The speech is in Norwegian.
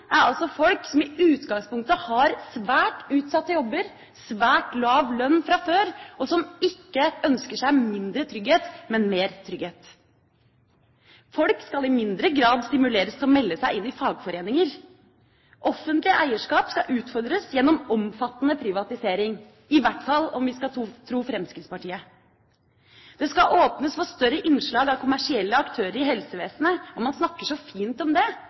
altså folk som i utgangspunktet har svært utsatte jobber, svært lav lønn fra før, og som ikke ønsker seg mindre trygghet, men mer trygghet. Folk skal i mindre grad stimuleres til å melde seg inn i fagforeninger. Offentlig eierskap skal utfordres gjennom omfattende privatisering, i hvert fall om vi skal tro Fremskrittspartiet. Det skal åpnes for større innslag av kommersielle aktører i helsevesenet. Man snakker så fint om det